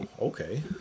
okay